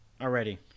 already